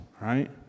right